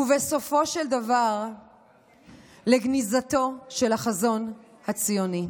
ובסופו של דבר לגניזתו של החזון הציוני".